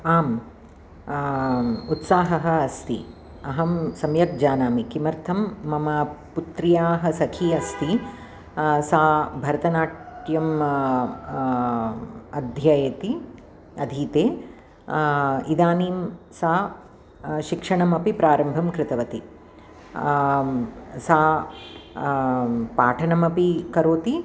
आम् उत्साहः अस्ति अहं सम्यक् जानामि किमर्थं मम पुत्र्याः सखी अस्ति सा भरतनाट्यं अध्ययति अधीते इदानीं सा शिक्षणमपि प्रारम्भं कृतवती सा पाठनमपि करोति